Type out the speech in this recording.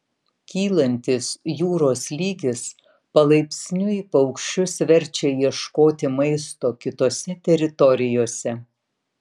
kylantis jūros lygis palaipsniui paukščius verčia ieškoti maisto kitose teritorijose